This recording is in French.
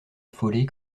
affolée